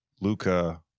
Luca